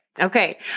Okay